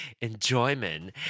enjoyment